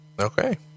Okay